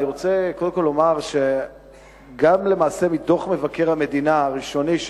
אני רוצה קודם כול לומר שלמעשה גם מדוח מבקר המדינה הראשוני,